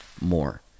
more